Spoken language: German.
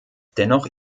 dennoch